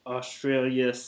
Australia